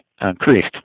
increased